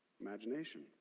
Imagination